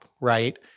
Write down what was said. Right